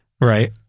Right